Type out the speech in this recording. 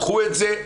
קחו את זה,